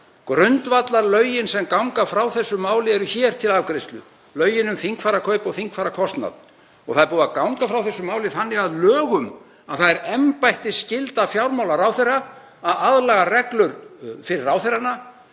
Grundvallarlögin sem ganga frá þessu máli eru hér til afgreiðslu, lögin um þingfararkaup og þingfararkostnað. Það er búið að ganga frá þessu máli þannig að lögum að það er embættisskylda fjármálaráðherra að aðlaga reglur fyrir ráðherrnna